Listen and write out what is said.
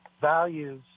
values